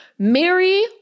Mary